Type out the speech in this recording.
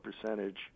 percentage